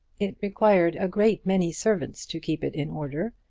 it required a great many servants to keep it in order,